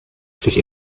sich